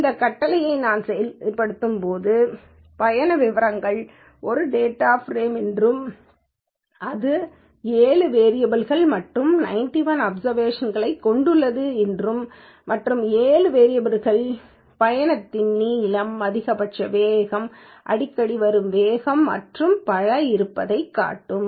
இந்த கட்டளையை நான் செயல்படுத்தும்போது பயண விவரங்கள் ஒரு டேட்டா ப்ரேமாகும் என்றும் இது 7 வேரியபல் கள் 91 அப்சர்வேஷன் களைக் கொண்டுள்ளது மற்றும் 7 வேரியபல் கள் பயண நீளம் அதிகபட்ச வேகம் அடிக்கடி வரும் வேகம் மற்றும் பல இருப்பதை காட்டும்